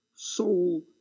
soul